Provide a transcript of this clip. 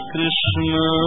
Krishna